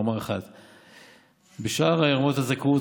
רמה 1. בשאר רמות הזכאות,